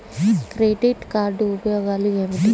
Credit card ఉపయోగాలు ఏమిటి?